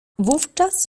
wówczas